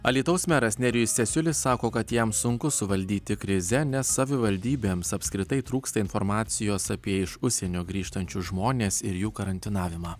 alytaus meras nerijus cesiulis sako kad jam sunku suvaldyti krizę nes savivaldybėms apskritai trūksta informacijos apie iš užsienio grįžtančius žmones ir jų karantinavimą